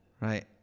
Right